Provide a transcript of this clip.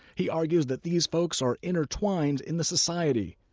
he argues that these folks are intertwined in the society.